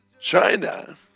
China